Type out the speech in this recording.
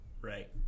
Right